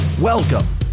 Welcome